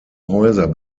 häuser